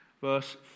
verse